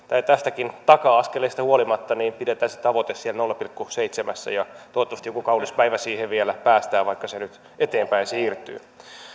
tästäkin taka askeleesta huolimatta pidetään se tavoite siellä nolla pilkku seitsemässä ja toivottavasti joku kaunis päivä siihen vielä päästään vaikka se nyt eteenpäin siirtyy